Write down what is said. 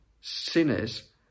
sinners